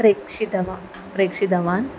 प्रेषितवान् प्रेषितवान्